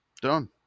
Done